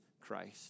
Christ